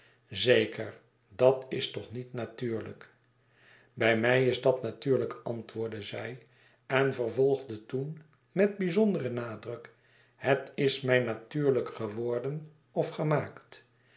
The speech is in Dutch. zeker dat is toch niet natuurlijk bij mij is dat natuurlijk antwoordde zij en vervolgde toen met bijzonderen nadruk het is mij natuurlijk geworden of gemaakt